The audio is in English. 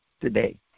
today